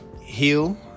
heal